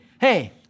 Hey